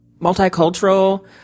multicultural